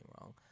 wrong